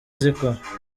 zikora